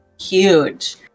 huge